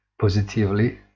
Positively